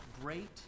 great